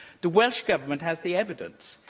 the welsh government has the evidence.